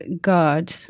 God